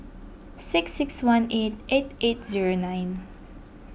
six six one eight eight eight zero nine